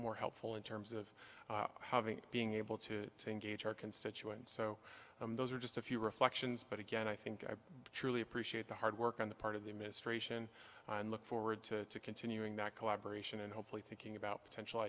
more helpful in terms of having being able to engage our constituents so those are just a few reflections but again i think i truly appreciate the hard work on the part of the administration and look forward to continuing that collaboration and hopefully thinking about potential